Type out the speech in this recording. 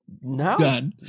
No